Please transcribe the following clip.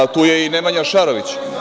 Tu je i Nemanja Šarović.